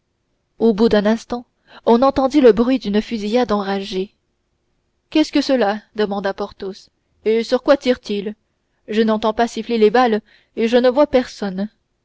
au bout d'un instant on entendit le bruit d'une fusillade enragée qu'est-ce que cela demanda porthos et sur quoi tirent ils je n'entends pas siffler les balles et je ne vois personne